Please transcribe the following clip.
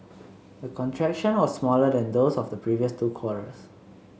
the contraction was smaller than those of the previous two quarters